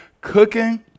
cooking